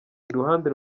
iruhande